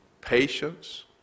patience